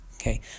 Okay